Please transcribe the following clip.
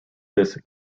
this